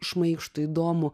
šmaikštų įdomų